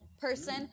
person